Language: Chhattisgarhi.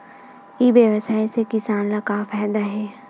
ई व्यवसाय से किसान ला का फ़ायदा हे?